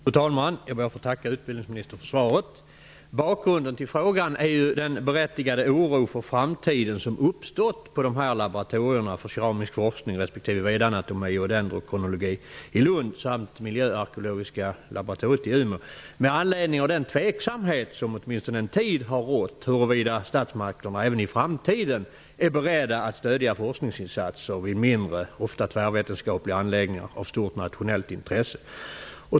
Fru talman! Jag ber att få tacka utbildningsministern för svaret. Bakgrunden till frågan är den berättigade oro för framtiden som uppstått på de här laboratorierna för keramisk forskning respektive vedanatomi och dendrokronologi i Lund samt miljöarkeologiska laboratoriet i Umeå med anledning av den tveksamhet som åtminstone en tid har rått om huruvida statsmakterna även i framtiden är beredda att stöda forskningsinsatser vid mindre, ofta tvärvetenskapliga anläggningar av stort nationellt intresse.